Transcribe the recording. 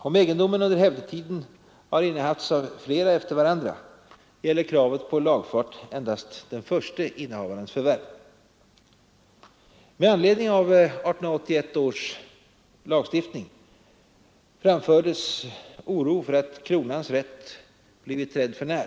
Om egendomen under hävdetiden innehafts av flera efter varandra, gäller kravet på lagfart endast den förste innehavarens förvärv. Med anledning av 1881 års lagstiftning framfördes oro för att kronans rätt blivit trädd för när.